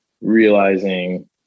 realizing